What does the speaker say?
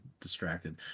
distracted